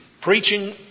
preaching